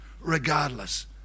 regardless